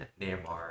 Neymar